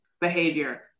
behavior